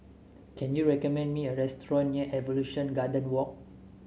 can you recommend me a restaurant near Evolution Garden Walk